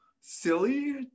silly